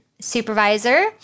supervisor